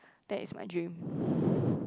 that is my dream